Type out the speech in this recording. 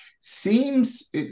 seems